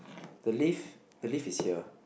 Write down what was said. the lift the lift is here